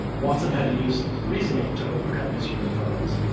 watson had to use reasoning to overcome his human opponents.